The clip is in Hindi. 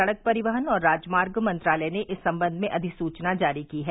सड़क परिवहन और राजमार्ग मंत्रालय ने इस संबंध में अधिसूचना जारी की है